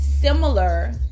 similar